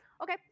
Okay